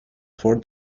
four